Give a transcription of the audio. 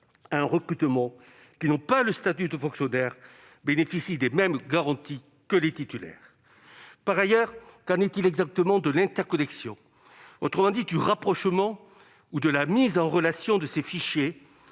un recrutement qui n'ont pas le statut de fonctionnaire bénéficient-ils des mêmes garanties que les titulaires ? Par ailleurs, qu'en est-il exactement de l'interconnexion, autrement dit du rapprochement ou de la mise en relation de ces fichiers